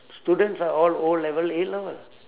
students are all O level A level